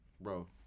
Bro